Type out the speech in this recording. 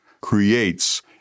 creates